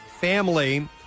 family